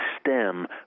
stem